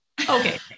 okay